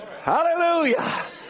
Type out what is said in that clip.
Hallelujah